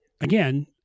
again